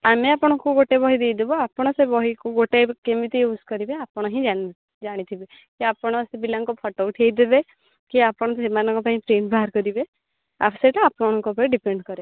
ଆମେ ଆପଣଙ୍କୁ ଗୋଟେ ବହି ଦେଇଦେବୁ ଆପଣ ସେ ବହିକୁ ଗୋଟେ କେମିତି ୟୁଜ୍ କରିବେ ଆପଣ ହିଁ ଜାଣିଥିବେ କି ଆପଣ ସେ ପିଲାଙ୍କୁ ଫୋଟୋ ଉଠେଇଦେବେ କି ଆପଣ ସେମାନଙ୍କ ପାଇଁ ପ୍ରିଣ୍ଟ୍ ବାହାରକରିବେ ସେଇଟା ଆପଣଙ୍କ ଉପରେ ଡିପେଣ୍ଡ୍ କରେ